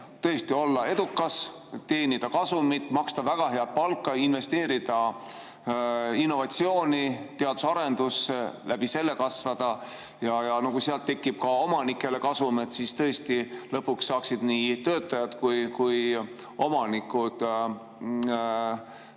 et olla edukas, teenida kasumit, maksta väga head palka, investeerida innovatsiooni, teadus- ja arendustegevusse, läbi selle kasvada. Ja kui sealt tekib ka omanikele kasum, siis tõesti, lõpuks peaksid saama nii töötajad kui ka omanikud